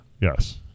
Yes